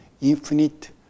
infinite